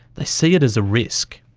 they see it as a risk.